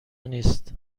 نیست